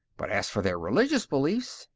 but as for their religious beliefs,